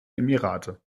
emirate